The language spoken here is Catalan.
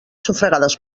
sufragades